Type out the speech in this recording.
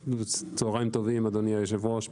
צהריים טובים, אדוני היושב ראש.